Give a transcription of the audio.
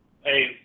Hey